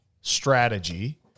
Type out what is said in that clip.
strategy